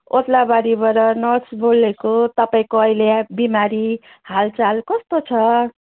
ओत्लाबारीबाड nurse बोलेको तपाईँको अहिले एप बिमारी हालचाल कस्तो छ